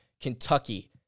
Kentucky